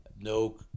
no